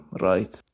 right